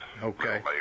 Okay